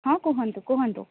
ହଁ କୁହନ୍ତୁ କୁହନ୍ତୁ